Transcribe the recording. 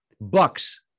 Bucks